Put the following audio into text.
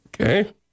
Okay